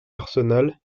arsenal